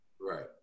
Right